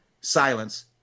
silence